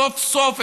סוף-סוף,